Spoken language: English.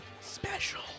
special